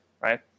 right